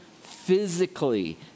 physically